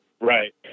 Right